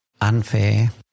unfair